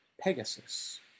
pegasus